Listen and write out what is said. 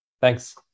Thanks